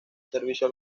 servicio